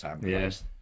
Yes